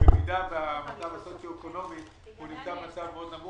במידה והמצב הסוציו-אקונומי נמוך מאוד,